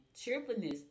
cheerfulness